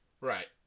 Right